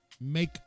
make